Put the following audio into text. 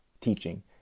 teaching